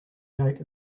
gate